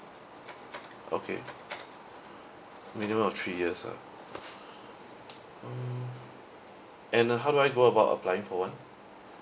okay minimum of three years ah mm and uh how do I go about applying for one